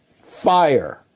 fire